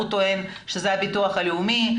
הוא טוען שזה הביטוח הלאומי.